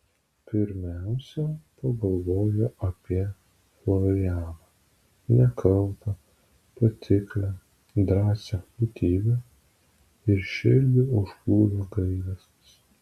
pirmiausia pagalvojo apie florianą nekaltą patiklią drąsią būtybę ir širdį užplūdo gailestis